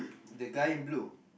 the guy in blue